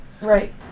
right